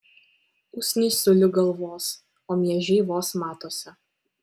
usnys sulig galvos o miežiai vos matosi